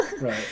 right